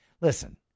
listen